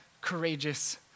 courageous